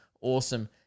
Awesome